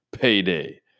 payday